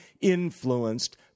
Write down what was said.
influenced